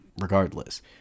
regardless